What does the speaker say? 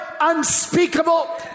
unspeakable